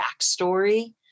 backstory